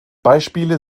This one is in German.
beispiele